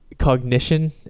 Cognition